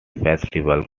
festival